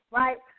right